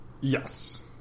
Yes